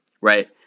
right